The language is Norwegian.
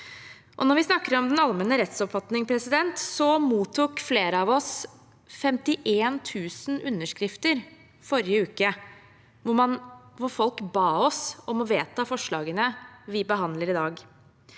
Når vi snakker om den allmenne rettsoppfatning: Flere av oss mottok 51 000 underskrifter forrige uke. Folk ba oss om å vedta forslagene vi behandler i dag.